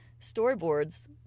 storyboards